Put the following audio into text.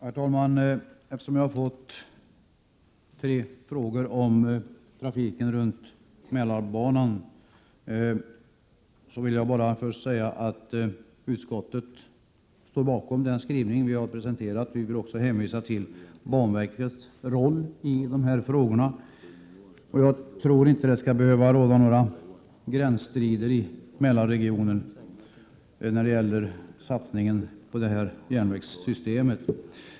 Herr talman! Eftersom jag har fått tre frågor om trafiken runt Mälarbanan vill jag först säga att utskottet står bakom den skrivning som vi har presenterat. Vi vill också hänvisa till banverkets roll i dessa frågor. Jag tror inte att det skall behöva råda gränsstrider i Mälarregionen när det gäller satsningen på detta järnvägssystem.